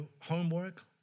homework